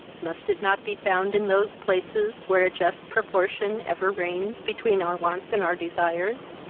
must it not be found in those places, where a just proportion ever reigns between our wants and our desires,